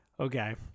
Okay